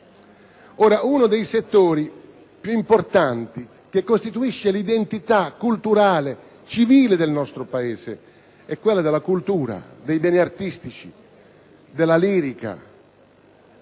che uno dei settori più importanti che costituisce l'identità culturale e civile del nostro Paese è proprio quello della cultura, dei beni artistici, della lirica.